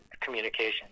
communication